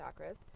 chakras